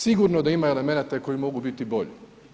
Sigurno da ima elemenata koji mogu biti bolji.